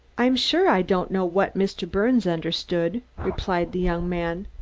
i'm sure i don't know what mr. birnes understood, replied the young man,